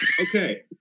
okay